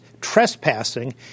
trespassing